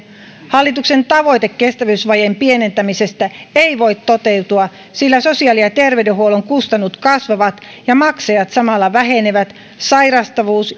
hallituksen tavoite kestävyysvajeen pienentämisestä ei voi toteutua sillä sosiaali ja terveydenhuollon kustannukset kasvavat ja samalla maksajat vähenevät sairastavuus